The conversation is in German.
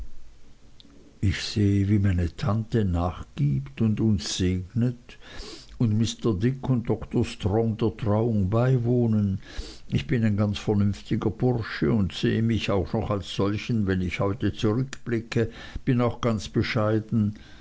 ich sehe wie meine tante nachgibt und uns segnet und mr dick und dr strong der trauung beiwohnen ich bin ein ganz vernünftiger bursche und sehe mich auch noch als solchen wenn ich heute zurückblicke bin auch ganz bescheiden